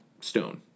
stone